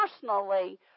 personally